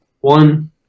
One